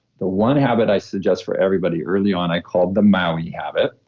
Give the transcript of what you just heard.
the one habit i suggest for everybody early on, i call the maui habit,